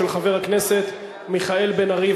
של חבר הכנסת מיכאל בן-ארי.